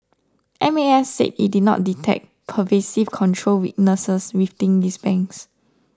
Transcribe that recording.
M A S said it did not detect pervasive control weaknesses within these banks